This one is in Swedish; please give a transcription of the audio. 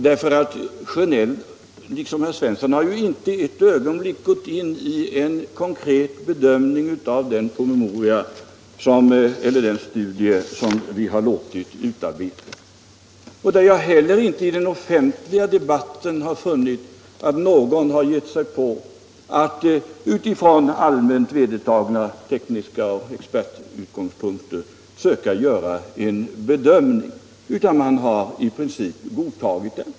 Herr Sjönell liksom herr Svensson i Malmö har ju inte ett ögonblick gått in på en konkret bedömning av den studie som vi låtit utarbeta. Jag har inte heller i den offentliga debatten funnit att någon givit sig på att från av experterna allmänt vedertagna tekniska utgångspunkter söka göra en bedömning av studien, utan man har i princip godtagit den.